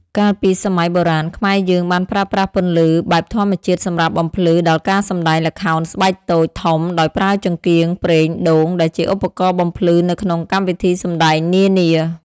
កាលពីសម័យបុរាណ ខ្មែរយើងបានប្រើប្រាស់ពន្លឺបែបធម្មជាតិសម្រាប់បំភ្លឺដល់ការសម្តែងល្ខោខស្បែកតូច ធំ ដោយប្រើចង្កៀងប្រេងដូងដែលជាឧបករណ៍បំភ្លឺនៅក្នុងកម្មវិធីសម្តែងនានា។